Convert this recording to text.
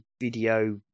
video